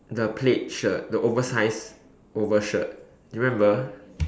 the pleat shirt the oversized over shirt do you remember